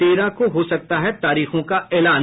तेरह को हो सकता है तारीखों का एलान